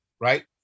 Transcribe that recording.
right